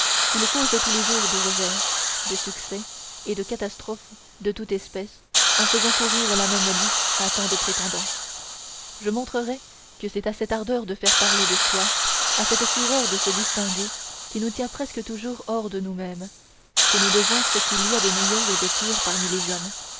il cause tous les jours de revers de succès et de catastrophes de toute espèce en faisant courir la même lice à tant de prétendants je montrerais que c'est à cette ardeur de faire parler de soi à cette fureur de se distinguer qui nous tient presque toujours hors de nous-mêmes que nous devons ce qu'il y a de meilleur et de pire parmi les hommes